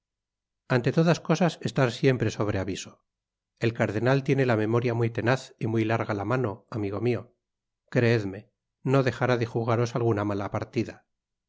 ante todas cosas estar siempre sobre aviso el cardenal tiene la memoria muy tenaz y muy larga la mano amigo mio creedme no dejará de jugaros alguna mala partida